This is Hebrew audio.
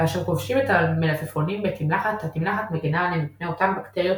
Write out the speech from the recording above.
כאשר כובשים את המלפפונים בתמלחת התמלחת מגינה עליהם מפני אותן בקטריות